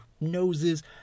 noses